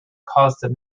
caused